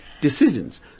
decisions